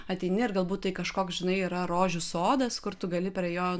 ateini ir galbūt tai kažkoks žinai yra rožių sodas kur tu gali prie jo